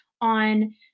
on